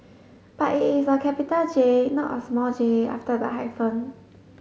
but it is a capital J not a small j after the hyphen